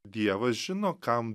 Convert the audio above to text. dievas žino kam